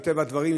מטבע הדברים,